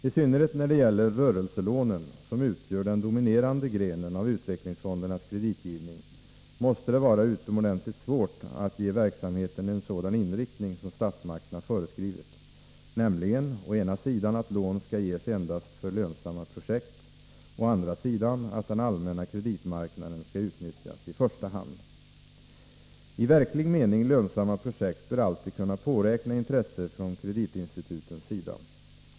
I synnerhet när det gäller rörelselånen, som utgör den dominerande grenen av utvecklingsfondernas kreditgivning, måste det vara utomordentligt svårt att ge verksamheten en sådan inriktning som statsmakterna har föreskrivit, nämligen å ena sidan att lån skall ges endast för lönsamma projekt, å andra sidan att den allmänna kreditmarknaden skall utnyttjas i första hand. I verklig mening lönsamma projekt bör alltid kunna påräkna intresse från kreditinstitutens sida.